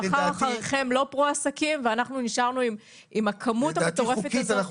מחר אחריכם לא פרו-עסקים ואנחנו נשארנו עם הכמות המטורפת הזאת.